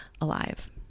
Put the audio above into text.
alive